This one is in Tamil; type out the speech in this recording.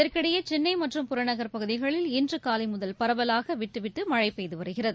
இதற்கிடையேசென்னைமற்றும் புறநகர் பகுதிகளில் இன்றுகாலைமுதல் பரவலாகவிட்டுவிட்டுமழைபெய்துவருகிறது